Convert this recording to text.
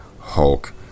Hulk